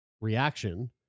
reaction